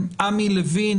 עמי לוין,